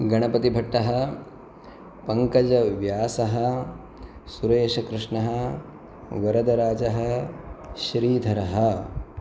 गणपतिभट्टः पङ्कजव्यासः सुरेशकृष्णः वरदराजः श्रीधरः